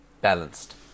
balanced